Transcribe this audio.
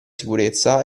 sicurezza